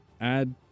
add